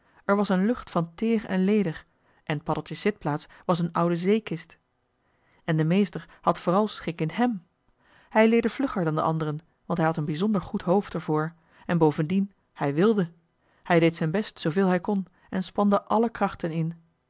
er was een lucht van teer en leder en paddeltjes zitplaats was een oude zeekist en de meester had vooral schik in hèm hij leerde vlugger dan de anderen want hij had een bijzonder goed hoofd er voor en bovendien hij wilde hij deed zijn best zooveel hij kon en spande alle krachten in